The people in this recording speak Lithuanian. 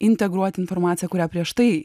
integruoti informaciją kurią prieš tai